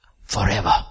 forever